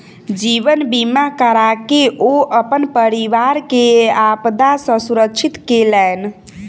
जीवन बीमा कराके ओ अपन परिवार के आपदा सॅ सुरक्षित केलैन